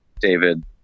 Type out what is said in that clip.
david